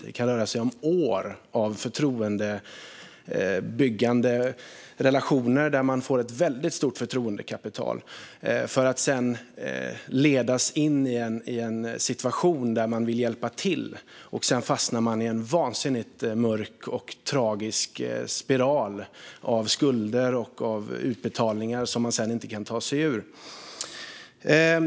Det kan röra sig om år av förtroendebyggande relationer som ger ett väldigt stort förtroendekapital. Sedan leds man in i en situation där man vill hjälpa till, och så fastnar man i en vansinnigt mörk och tragisk spiral av skulder och utbetalningar som man inte kan ta sig ur.